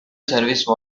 service